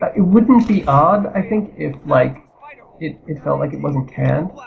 but it wouldn't be odd, i think, if like it it felt like it wasn't canned.